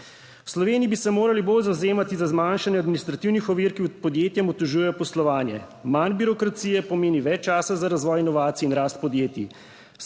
V Sloveniji bi se morali bolj zavzemati za zmanjšanje administrativnih ovir, ki podjetjem otežujejo poslovanje. Manj birokracije pomeni več časa za razvoj inovacij in rast podjetij.